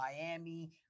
Miami